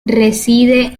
reside